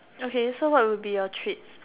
okay so what would be your treats